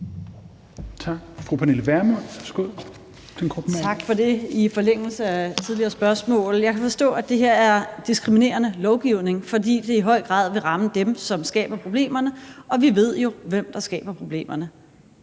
Kl. 15:06 Pernille Vermund (NB): Tak for det. I forlængelse af et tidligere spørgsmål kan jeg forstå, at det her er diskriminerende lovgivning, fordi det i høj grad vil ramme dem, som skaber problemerne, og vi ved jo, hvem der skaber problemerne.